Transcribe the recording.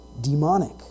demonic